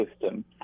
system